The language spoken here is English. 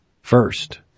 First